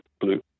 blue